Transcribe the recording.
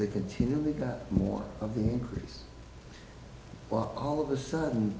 they continually got more of the increase all of the sudden